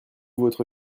votre